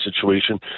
situation